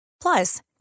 Plus